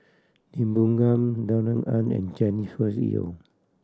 Lee Boon Ngan Darrell Ang and Jennifer Yeo